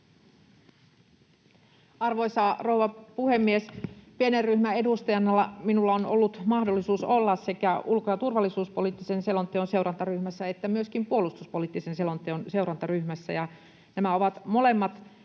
Arvoisa rouva puhemies! Pienen ryhmän edustajana minulla on ollut mahdollisuus olla sekä ulko- ja turvallisuuspoliittisen selonteon seurantaryhmässä että myöskin puolustuspoliittisen selonteon seurantaryhmässä, ja nämä ovat molemmat